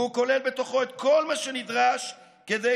והוא כולל בתוכו את כל מה שנדרש כדי